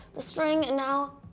the string. and now.